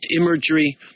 imagery